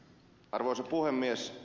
arvoisa puhemies